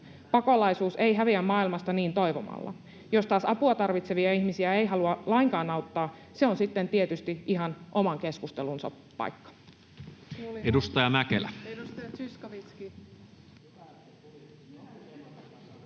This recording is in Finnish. Pakolaisuus ei häviä maailmasta niin toivomalla. Jos taas apua tarvitsevia ihmisiä ei halua lainkaan auttaa, se on sitten tietysti ihan oman keskustelunsa paikka.